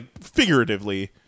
figuratively